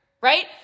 right